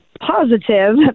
positive